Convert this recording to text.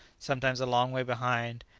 sometimes a long way behind,